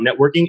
networking